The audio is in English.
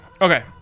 Okay